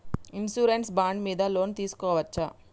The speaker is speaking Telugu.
ఇన్సూరెన్స్ బాండ్ మీద లోన్ తీస్కొవచ్చా?